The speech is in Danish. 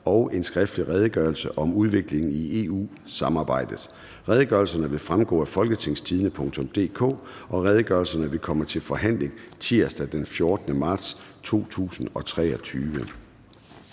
R 5) og Redegørelse om udviklingen i EU-samarbejdet. (Redegørelse nr. R 6). Redegørelserne vil fremgå af www.folketingstidende.dk. Redegørelserne vil komme til forhandling tirsdag den 14. marts 2023.